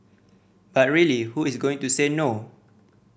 but really who is going to say no